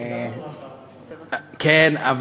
כן,